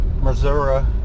Missouri